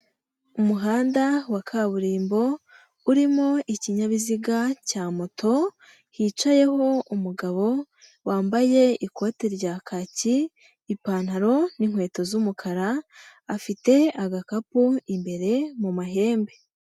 Umuhanda wa kaburimbo urimo ikinyabiziga cya moto, hicayeho umugabo wambaye ikoti rya kaki, ipantaro n'inkweto z'umukara, afite agakapu imbere mu mahembe.